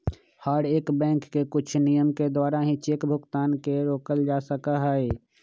हर एक बैंक के कुछ नियम के द्वारा ही चेक भुगतान के रोकल जा सका हई